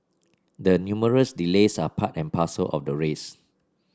the numerous delays are part and parcel of the race